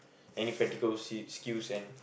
any practical s~ skills and